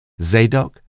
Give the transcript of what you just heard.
Zadok